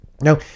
Now